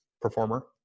performer